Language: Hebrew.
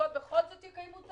הזכאים לכסף שיגישו - יקבלו.